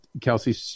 Kelsey